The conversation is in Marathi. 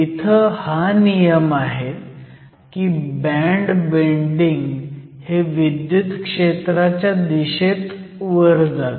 इथं हा नियम आहे की बँड बेंडिंग हे विद्युत क्षेत्राच्या दिशेत वर जाते